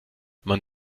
man